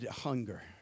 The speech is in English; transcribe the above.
hunger